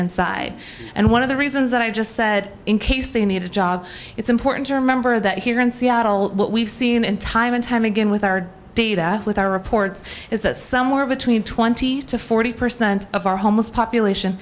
inside and one of the reasons that i just said in case they need a job it's important to remember that here in seattle what we've seen and time and time again with our data with our reports is that somewhere between twenty to forty percent of our homeless population